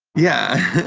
yeah.